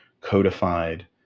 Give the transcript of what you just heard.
codified